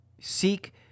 seek